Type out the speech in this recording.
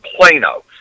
Plano